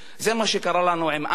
זה מה שקרה לנו עם "אמל",